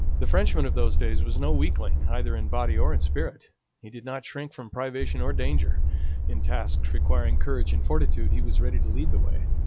the frenchman of those days was no weakling either in body or in spirit he did not shrink from privation or danger in tasks requiring courage and fortitude he was ready to lead the way.